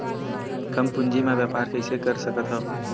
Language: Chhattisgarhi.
कम पूंजी म व्यापार कइसे कर सकत हव?